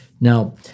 now